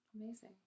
Amazing